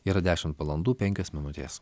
yra dešmt valandų penkios minutės